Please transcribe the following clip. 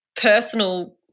personal